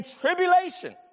tribulation